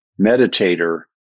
meditator